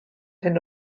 hyn